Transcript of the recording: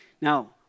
Now